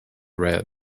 red